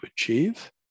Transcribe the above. achieve